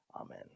Amen